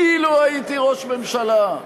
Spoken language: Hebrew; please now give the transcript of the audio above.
אילו הייתי ראש הממשלה,